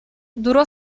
durò